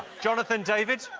jonathan, david?